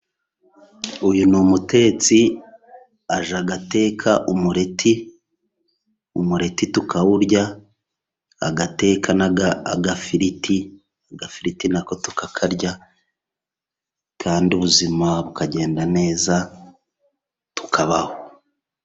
Uyu ni umutetsi, ajya ateka umureti, umureti tukawurya, agateka n'agafiriti, agafiriti nako tukakarya, kandi ubuzima bukagenda neza tukabaho.